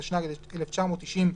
התשנ"ג-1993,